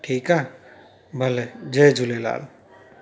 ठीकु आहे भले जय झूलेलाल